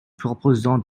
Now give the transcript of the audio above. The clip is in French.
proposons